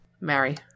Marry